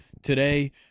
Today